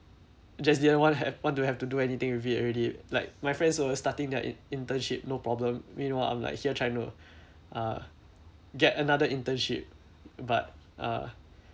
just didn't want to have what to have to do anything with it already like my friends were starting their in~ internship no problem meanwhile I'm like here trying to uh get another internship but uh